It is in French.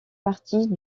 partie